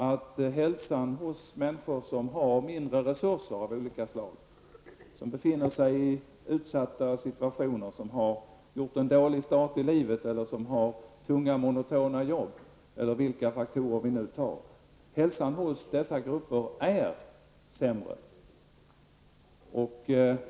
Hälsan är sämre hos människor som har mindre resurser av olika slag, befinner sig i utsatta situationer, har fått en dålig start i livet, har tunga och monotona jobb eller vilka faktorer vi nu tar.